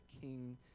king